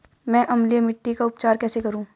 मैं अम्लीय मिट्टी का उपचार कैसे करूं?